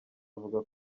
avuga